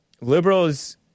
liberals